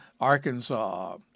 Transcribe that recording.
Arkansas